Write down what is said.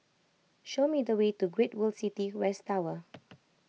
show me the way to Great World City West Tower